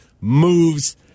moves